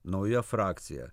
nauja frakcija